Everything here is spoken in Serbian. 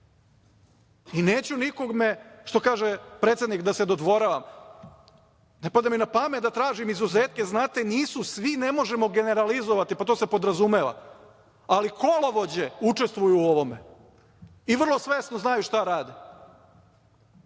Neću nikome, što kaže, predsednik, da se dodvoravam, ne pada mi na pamet da tražim izuzetke, znate, nisu svi, ne možemo generalizovati. Pa, to se podrazumeva, ali kolovođe učestvuju u ovome i vrlo svesno znaju šta rade.